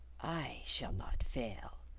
i shall not fail,